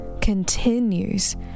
continues